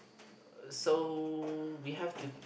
uh so we have to